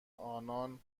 انان